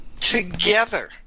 together